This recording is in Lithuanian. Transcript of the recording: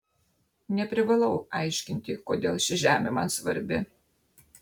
neprivalau aiškinti kodėl ši žemė man svarbi